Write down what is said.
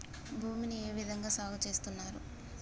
భూమిని ఏ విధంగా సాగు చేస్తున్నారు?